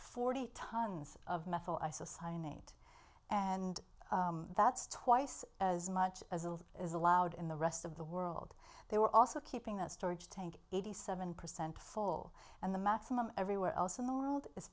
forty tons of metal eye society eight and that's twice as much as little as allowed in the rest of the world they were also keeping that storage tank eighty seven percent full and the maximum everywhere else in the world is